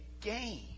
game